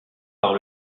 par